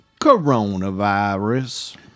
coronavirus